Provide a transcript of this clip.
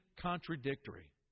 contradictory